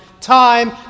Time